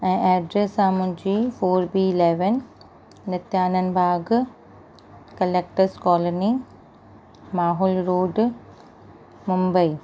ऐं एड्रेस आहे मुंहिंजी four B eleven Nityanand Bagh collectors colony Mahul road Mumbai